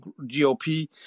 GOP